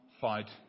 fight